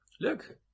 look